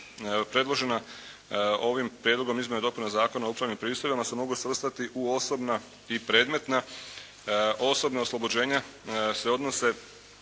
predložena ovim Prijedlogom o izmjenama i dopunama Zakona o upravnim pristojbama se mogu svrstati u osobna i predmetna. Osobna oslobođenja se odnose